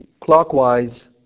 clockwise